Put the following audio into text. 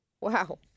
Wow